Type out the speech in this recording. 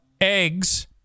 eggs